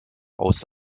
aus